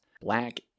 black